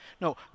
no